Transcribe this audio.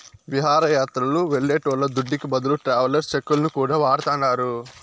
విహారయాత్రలు వెళ్లేటోళ్ల దుడ్డుకి బదులు ట్రావెలర్స్ చెక్కులను కూడా వాడతాండారు